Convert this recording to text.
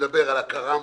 שמדבר על הקר"מ